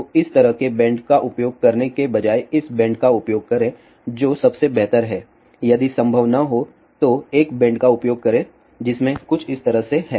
तो इस तरह के बेंड का उपयोग करने के बजाए इस बेंड का उपयोग करें जो सबसे बेहतर है यदि संभव न हो तो एक बेंड का उपयोग करें जिसमें कुछ इस तरह से है